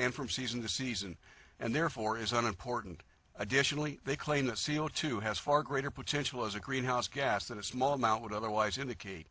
and from season to season and therefore is an important additionally they claim that c o two has far greater potential as a greenhouse gas than a small amount would otherwise indicate